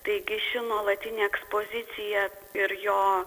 taigi ši nuolatinė ekspozicija ir jo